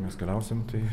mes keliausim tai